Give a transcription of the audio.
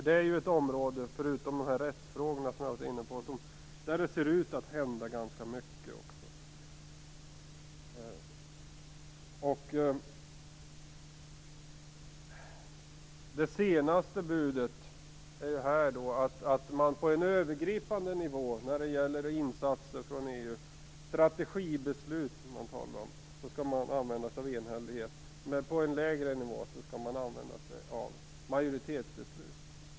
Det är ett område, förutom rättsfrågorna som jag har varit inne på, där det också ser ut att hända ganska mycket. Det senaste budet är att man på en övergripande nivå när det gäller insatser från EU - man talar om strategibeslut - skall använda sig av enhällighet, men på en lägre nivå skall man använda sig av majoritetsbeslut.